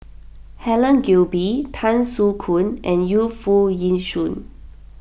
Helen Gilbey Tan Soo Khoon and Yu Foo Yee Shoon